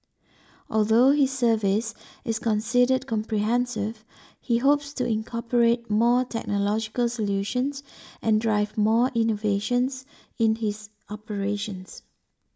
although his service is considered comprehensive he hopes to incorporate more technological solutions and drive more innovations in his operations